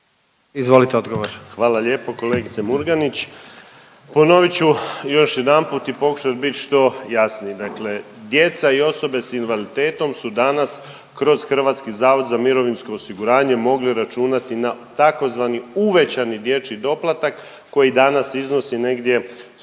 Marin (HDZ)** Hvala lijepo kolegice Murganić. Ponovit ću još jedanput i pokušat bit što jasniji. Dakle, djeca i osobe s invaliditetom su danas kroz HZMO mogli računati na tzv. uvećani dječji doplatak koji danas iznosi negdje 110